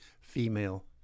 female